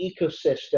ecosystem